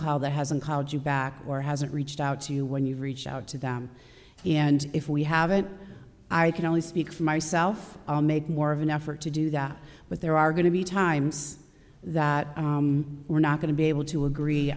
called that hasn't called you back or hasn't reached out to you when you reach out to them and if we haven't i can only speak for myself made more of an effort to do that but there are going to be times that we're not going to be able to agree